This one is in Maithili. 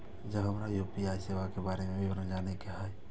जब हमरा यू.पी.आई सेवा के बारे में विवरण जाने के हाय?